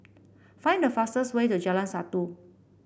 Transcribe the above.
find the fastest way to Jalan Satu